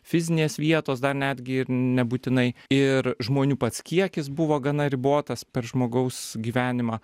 fizinės vietos dar netgi ir nebūtinai ir žmonių pats kiekis buvo gana ribotas per žmogaus gyvenimą